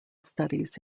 studies